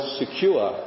secure